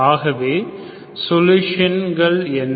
ஆகவே சொலுஷன்கள் என்ன